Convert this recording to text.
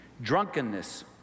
drunkenness